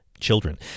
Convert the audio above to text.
children